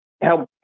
help